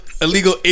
Illegal